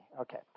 Okay